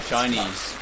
Chinese